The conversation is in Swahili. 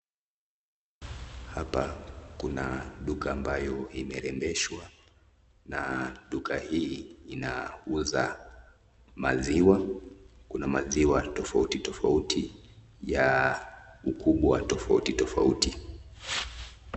Hapa kuna duka ambayo imerembeshwa na duka hii inauza maziwa kuna maziwa tofauti tofauti ya ukubwa wa tofauti tofauti.